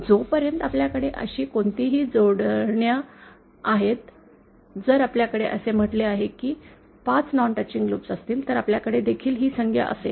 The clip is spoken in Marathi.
जोपर्यंत आपल्याकडे अशी कोणतीही जोडण्या आहेत जर आपल्याकडे असे म्हटले आहे की 5 नॉन टचिंग लूप असतील तर आपल्याकडे देखील ही संज्ञा असेल